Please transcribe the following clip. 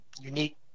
unique